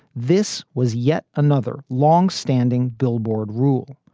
this was yet another long standing billboard rule.